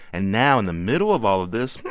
and now, in the middle of all of this,